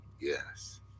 Yes